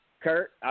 Kurt